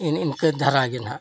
ᱮᱱ ᱤᱱᱠᱟᱹ ᱫᱷᱟᱨᱟ ᱜᱮ ᱦᱟᱸᱜ